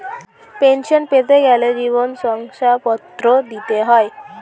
pension পেতে গেলে জীবন শংসাপত্র দিতে হয়